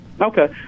Okay